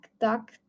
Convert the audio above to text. duck